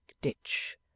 ditch